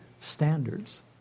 standards